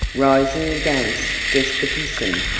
rising against despotism,